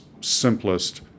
simplest